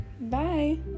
Bye